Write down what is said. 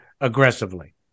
aggressively